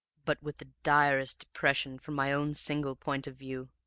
but with the direst depression from my own single point of view.